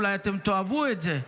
אולי אתם תאהבו את זה,